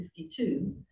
1952